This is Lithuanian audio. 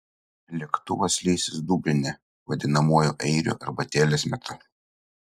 lėktuvas leisis dubline vadinamuoju airių arbatėlės metu